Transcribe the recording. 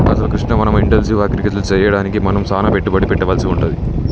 అసలు కృష్ణ మనం intensive agriculture సెయ్యడానికి మనం సానా పెట్టుబడి పెట్టవలసి వుంటది